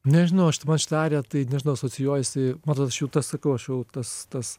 nežinau aš tai man šita arija tai nežinau asocijuojasi man atrodo aš jau tą sakau aš jau tas tas